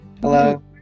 Hello